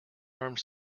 armed